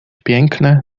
piękne